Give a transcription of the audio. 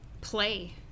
play